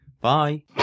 bye